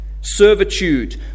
servitude